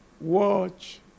watch